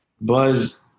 Buzz